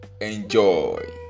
Enjoy